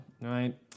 right